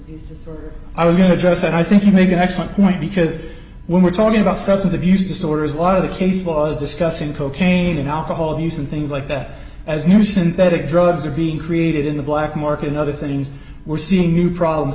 this i was going to address and i think you make an excellent point because when we're talking about substance abuse disorders a lot of the case was discussing cocaine and alcohol abuse and things like that as new synthetic drugs are being created in the black market and other things we're seeing new problems